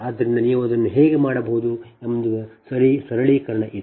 ಆದ್ದರಿಂದ ನೀವು ಅದನ್ನು ಹೇಗೆ ಮಾಡಬಹುದು ಎಂಬ ಸರಳೀಕರಣ ಇದು